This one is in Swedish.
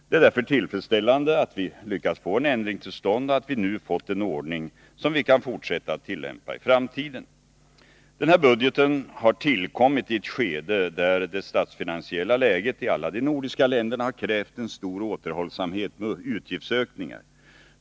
Det är därför tillfredsställande att vi lyckats få en ändring till stånd och att vi nu fått en ordning som vi kan fortsätta att tillämpa i framtiden. Denna budget har tillkommit i ett skede där det statsfinansiella läget i alla de nordiska länderna har krävt stor återhållsamhet med utgiftsökningar.